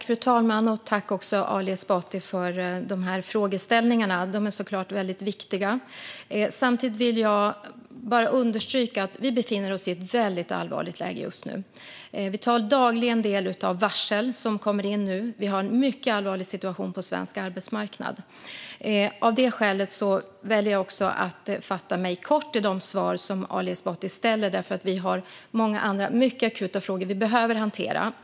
Fru talman! Jag tackar Ali Esbati för frågeställningarna. De är såklart väldigt viktiga. Samtidigt vill jag understryka att vi just nu befinner oss i ett mycket allvarligt läge. Vi tar dagligen del av varsel som kommer in. Vi har en mycket allvarlig situation på svensk arbetsmarknad. Av det skälet väljer jag att fatta mig kort i svaren på de frågor som Ali Esbati ställer. Vi har många andra mycket akuta frågor som vi behöver hantera.